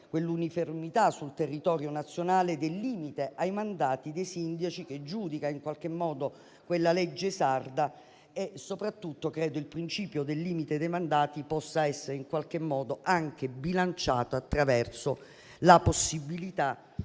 quell'uniformità sul territorio nazionale del limite ai mandati dei sindaci, che giudica in qualche modo quella legge sarda. Soprattutto, credo il principio del limite dei mandati possa essere in qualche modo bilanciato attraverso la possibilità,